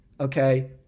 okay